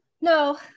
No